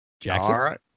Jackson